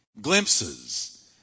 glimpses